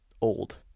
old